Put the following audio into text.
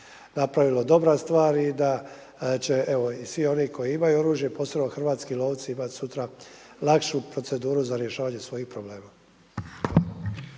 napravila dobra stvar i da će evo i svi oni koji imaju oružje, posebno hrvatski lovci imati sutra lakšu proceduru za rješavanje svojih problema.